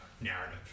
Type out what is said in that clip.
narrative